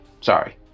Sorry